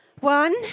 One